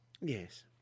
Yes